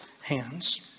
hands